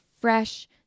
fresh